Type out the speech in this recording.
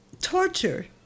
Torture